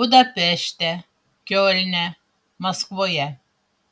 budapešte kiolne maskvoje